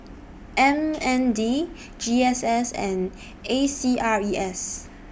M N D G S S and A C R E S